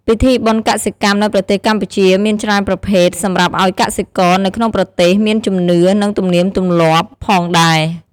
ពិធីបុណ្យកសិកម្មនៅប្រទេសកម្ពុជាមានច្រើនប្រភេទសម្រាប់អោយកសិករនៅក្នុងប្រទេសមានជំនឿនិងទំលៀមទម្លាប់ផងដែរ។